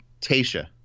Tasha